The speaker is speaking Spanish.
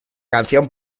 canción